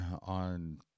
on –